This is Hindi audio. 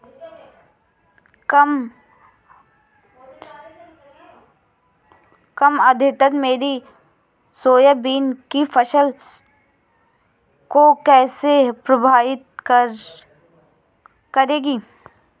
कम आर्द्रता मेरी सोयाबीन की फसल को कैसे प्रभावित करेगी?